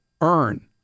earn